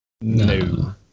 No